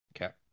Okay